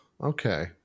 okay